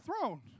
throne